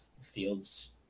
fields